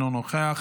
אינו נוכח,